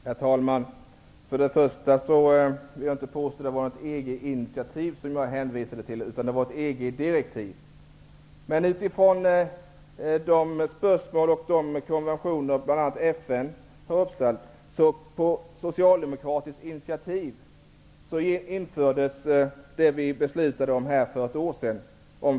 Herr talman! Först och främst vill jag inte påstå att det var något EG-initiativ som jag hänvisade till, utan det var ett EG-direktiv. Utifrån olika spörsmål och de konventioner som bl.a. FN har uppställt infördes mot regeringens vilja på socialdemokratiskt initiativ en finanspolis. Det beslutade vi om för ett år sedan.